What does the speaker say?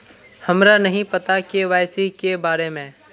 हमरा नहीं पता के.वाई.सी के बारे में?